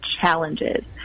challenges